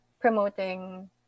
promoting